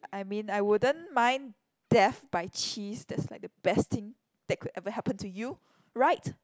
I mean I wouldn't mind death by cheese that's like the best thing that could ever happen to you right